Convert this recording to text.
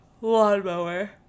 lawnmower